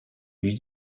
lui